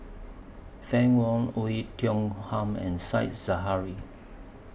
Fann Wong Oei Tiong Ham and Said Zahari